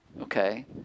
okay